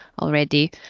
already